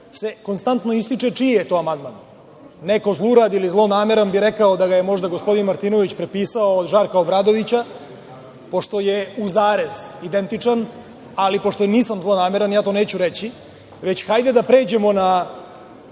se konstantno ističe čiji je to amandman. Neko zlurad ili zlonameran bi rekao da ga je možda gospodin Martinović prepisao od Žarka Obradovića, pošto je u zarez identičan, ali pošto nisam zlonameran, to neću reći, već hajde da pređemo na